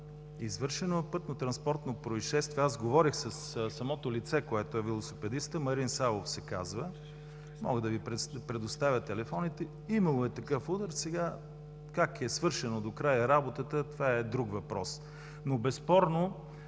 Извършено е пътнотранспортно произшествие – аз говорих със самото лице, което е велосипедиста – Марин Савов се казва, мога да Ви предоставя телефоните. Имаме такъв удар. Как е свършена докрай работата, това е друг въпрос. Но безспорно